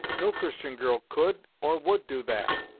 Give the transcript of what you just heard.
no christian girl could, or would do that!